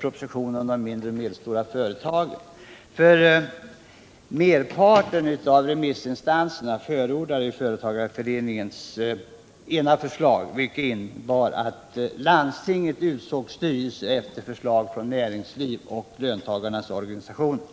propositionen om de mindre och medelstora företagen tycks man helt ha ignorerat dem. Merparten av remissinstanserna förordar ju företagarföreningsutredningens ena förslag, som innebär att landstingen utser styrelse efter förslag från näringsliv och löntagarnas organisationer.